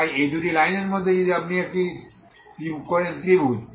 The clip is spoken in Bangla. তাই এই দুটি লাইনের মধ্যে যদি আপনি এটি করেন ত্রিভুজ